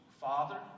Father